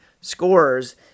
scorers